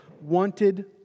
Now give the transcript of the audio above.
wanted